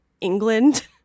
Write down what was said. England